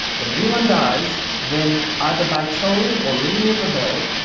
when anyone dies, then either by tolling or ringing of a bell,